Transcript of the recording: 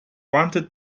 wanted